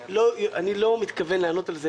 אני לא מתכוון לענות על זה.